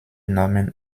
normen